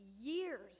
years